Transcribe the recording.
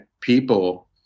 people